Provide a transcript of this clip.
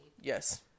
Yes